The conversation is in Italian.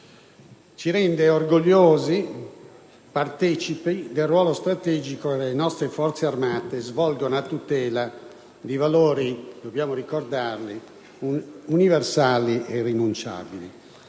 Ci rende orgogliosi e partecipi del ruolo strategico che le nostre Forze armate svolgono a tutela di valori - dobbiamo ricordarli - universali e irrinunciabili,